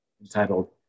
entitled